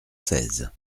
seize